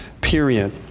period